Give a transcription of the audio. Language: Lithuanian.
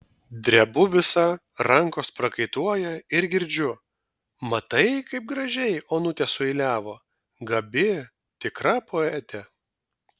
drebu visa rankos prakaituoja ir girdžiu matai kaip gražiai onutė sueiliavo gabi tikra poetė